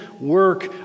work